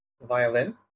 violin